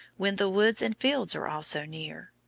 when the woods and fields are all so near?